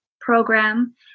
program